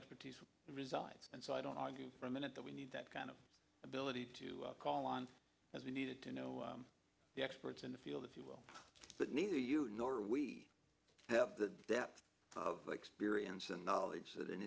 expertise resides and so i don't argue for a minute that we need that kind of ability to call on as we needed to know the experts in the field if you will but neither you nor we have the depth of experience and knowledge that